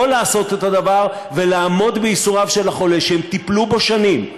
לא לעשות את הדבר ולעמוד בייסוריו של החולה שהם טיפלו בו שנים,